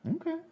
Okay